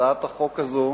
הצעת החוק הזו,